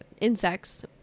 insects